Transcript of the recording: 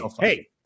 hey